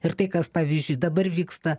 ir tai kas pavyzdžiui dabar vyksta